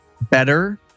better